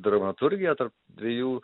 dramaturgiją tarp dviejų